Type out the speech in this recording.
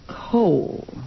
coal